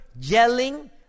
yelling